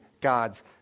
God's